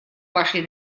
вашей